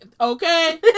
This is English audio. Okay